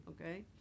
okay